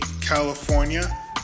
California